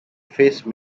face